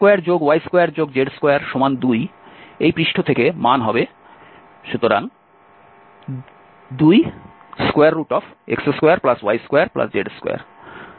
এবং x2y2z22 পৃষ্ঠ থেকে মান হবে সুতরাং 2x2y2z222